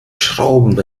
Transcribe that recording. schrauben